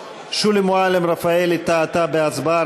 הצבעתי, שולי מועלם-רפאלי טעתה בהצבעה.